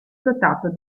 dotato